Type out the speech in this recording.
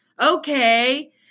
Okay